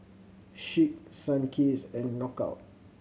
Schick Sunkist and Knockout